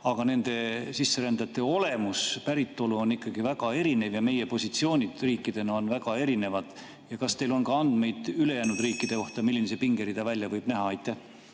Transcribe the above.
aga nende sisserändajate olemus, päritolu on väga erinev ja meie positsioonid riikidena on väga erinevad. Ja kas teil on andmeid ülejäänud riikide kohta, milline see pingerida välja võib näha? Aitäh!